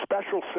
special